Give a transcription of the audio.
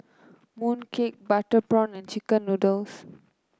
mooncake Butter Prawn and chicken noodles